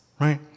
right